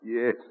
Yes